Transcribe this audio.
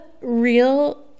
real